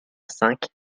cinq